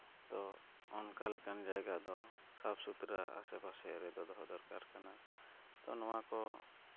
ᱛᱚ ᱚᱱᱠᱟ ᱞᱮᱠᱟᱱ ᱡᱟᱭᱜᱟ ᱫᱚ ᱥᱟᱯᱷᱼᱥᱩᱛᱨᱟᱹ ᱟᱥᱮᱯᱟᱥᱮ ᱨᱮᱫᱚ ᱫᱚᱦᱚ ᱫᱚᱨᱠᱟᱨ ᱠᱟᱱᱟ ᱛᱚ ᱱᱚᱣᱟ ᱠᱚ